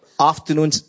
afternoon